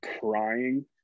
crying